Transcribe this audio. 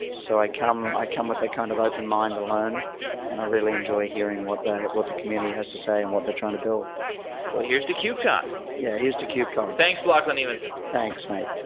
so i come i come with a kind of open mind to learn and i really enjoy hearing what the what the community has to say and what they're trying to build here's to kubecon yeah, here's to kubecon thanks, lachlan evanson thanks, mate.